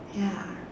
ya